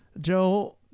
Joe